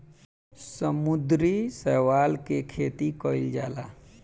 समुद्री शैवाल के खेती कईल जाला